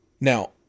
now